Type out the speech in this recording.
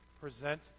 Present